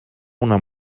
una